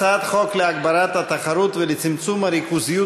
הצעת חוק להגברת התחרות ולצמצום הריכוזיות